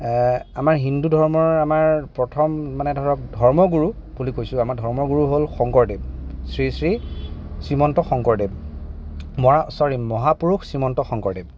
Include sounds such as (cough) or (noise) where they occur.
আমাৰ হিন্দু ধৰ্মৰ আমাৰ প্ৰথম মানে ধৰক ধৰ্মগুৰু বুলি কৈছো আমাৰ ধৰ্মগুৰু হ'ল শংকৰদেৱ শ্ৰী শ্ৰী শ্ৰীমন্ত শংকৰদেৱ (unintelligible) ছৰি মহাপুৰুষ শ্ৰীমন্ত শংকৰদেৱ